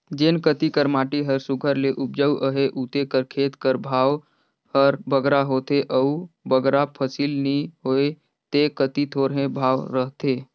जेन कती कर माटी हर सुग्घर ले उपजउ अहे उते कर खेत कर भाव हर बगरा होथे अउ बगरा फसिल नी होए ते कती थोरहें भाव रहथे